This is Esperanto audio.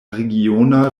regiona